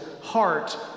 heart